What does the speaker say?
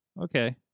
Okay